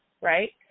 right